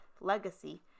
legacy